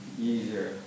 easier